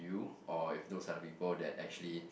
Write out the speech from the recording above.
do or if those are the people that actually